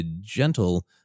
gentle